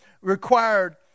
required